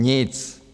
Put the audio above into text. Nic.